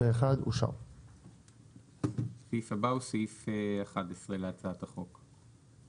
הצבעה אושר הסעיף הבא הוא סעיף 11 להצעת החוק.